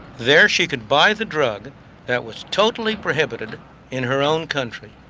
there she could buy the drug that was totally prohibited in her own country.